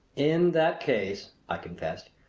in that case, i confessed,